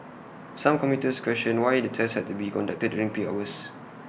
some commuters questioned why the tests had to be conducted during peak hours